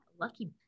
Lucky